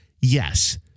yes